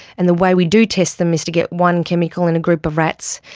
and the way we do test them is to get one chemical in a group of rats,